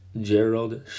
Gerald